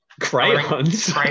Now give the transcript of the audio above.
crayons